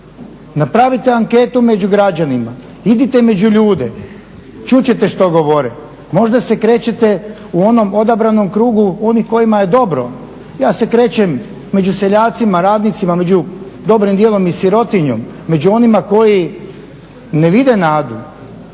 Napravite anketu među građanima, idite među ljude, čut ćete što govore. Možda se krećete u onom odabranom krugu onih kojima je dobro. Ja se krećem među seljacima, radnicima, među dobrim dijelom i sirotinjom, među onima koji ne vide nadu,